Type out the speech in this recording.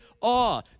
awe